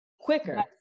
quicker